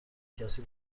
کسی